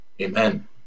Amen